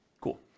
Cool